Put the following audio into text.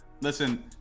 Listen